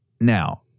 now